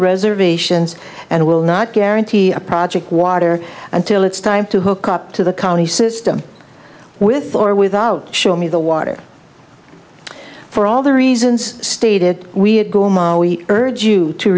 reservations and will not guarantee a project water until it's time to hook up to the county system with or without show me the water for all the reasons stated we